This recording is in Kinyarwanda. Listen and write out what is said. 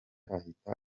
ahita